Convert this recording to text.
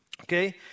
okay